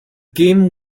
game